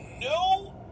no